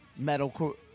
metalcore